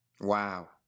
Wow